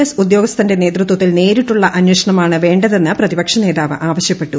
S ഉദ്യോഗസ്ഥന്റെ നേതൃത്വത്തിൽ നേരിട്ടുള്ള അന്വേഷണമാണ് വേണ്ടതെന്ന് പ്രതിപക്ഷ നേതാവ് ആവശ്യപ്പെട്ടു